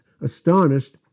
astonished